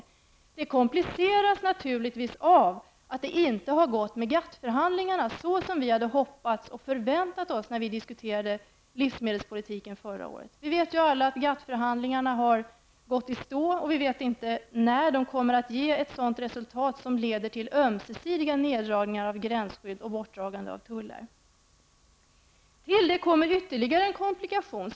Detta arbete kompliceras naturligtvis av att GATT förhandlingarna inte har gått såsom vi hade hoppats och förväntat oss när vi förra året diskuterade livsmedelspolitiken. Vi vet alla att GATT förhandlingarna har gått i stå, och vi vet inte när de kommer att ge ett sådant resultat att det leder till ömsesidiga neddragningar av gränsskydd och borttagande av tullar. Till detta kommer ytterligare en komplikation.